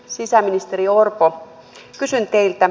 sisäministeri orpo kysyn teiltä